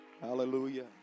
Hallelujah